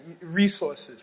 resources